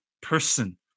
person